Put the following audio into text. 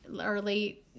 early